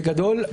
בגדול,